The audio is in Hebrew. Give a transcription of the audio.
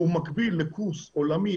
שהוא מקביל לקורס עולמי,